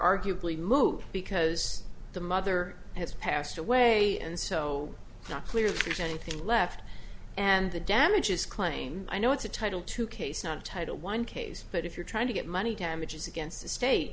arguably moot because the mother has passed away and so not clear if there's anything left and the damages claim i know it's a title two case not a title one case but if you're trying to get money damages against the state